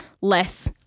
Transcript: less